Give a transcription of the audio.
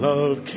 Love